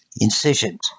incisions